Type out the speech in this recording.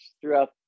throughout